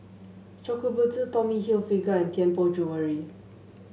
Shokubutsu Tommy Hilfiger and Tianpo Jewellery